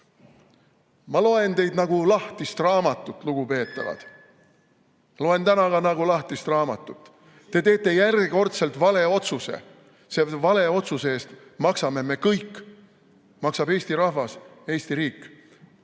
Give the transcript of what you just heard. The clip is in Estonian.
Ma loen teid nagu lahtist raamatut, lugupeetavad. Loen täna ka nagu lahtist raamatut. Te teete järjekordselt vale otsuse, selle vale otsuse eest maksame me kõik, maksab Eesti rahvas ja Eesti riik.